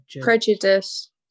prejudice